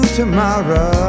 tomorrow